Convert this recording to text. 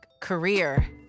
career